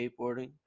skateboarding